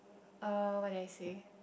uh what did I say